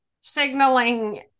signaling